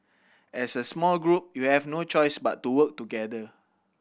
as a small group you have no choice but to work together